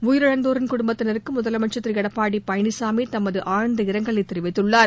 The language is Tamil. உயிரிழந்தோரின் குடும்பத்தினருக்கு முதலனமச்சர் திரு ளடப்பாடி பழனிசாமி தமது ஆழ்ந்த இரங்கலைத் தெரிவித்துள்ளார்